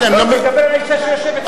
אתם, לא, הוא מדבר אל האשה שיושבת כאן.